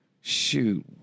shoot